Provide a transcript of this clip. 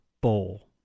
Bowl